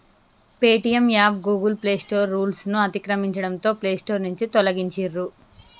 Paytm app Google play store రూల్స్ను అతిక్రమించడంతో play store నుంచి తొలగించిర్రు